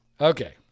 Okay